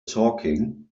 talking